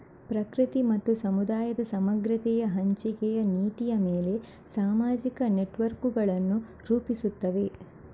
ಪ್ರಕೃತಿ ಮತ್ತು ಸಮುದಾಯದ ಸಮಗ್ರತೆಯ ಹಂಚಿಕೆಯ ನೀತಿಯ ಮೇಲೆ ಸಾಮಾಜಿಕ ನೆಟ್ವರ್ಕುಗಳನ್ನು ರೂಪಿಸುತ್ತವೆ